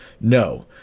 No